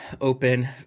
open